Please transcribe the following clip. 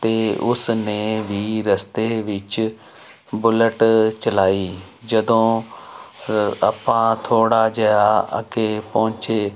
ਅਤੇ ਉਸ ਨੇ ਵੀ ਰਸਤੇ ਵਿੱਚ ਬੁਲਟ ਚਲਾਈ ਜਦੋਂ ਆਪਾਂ ਥੋੜ੍ਹਾ ਜਿਹਾ ਅੱਗੇ ਪਹੁੰਚੇ